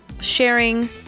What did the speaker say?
sharing